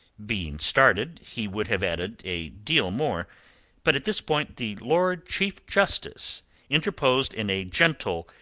being started, he would have added a deal more but at this point the lord chief justice interposed in a gentle,